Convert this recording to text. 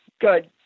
good